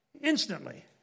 Instantly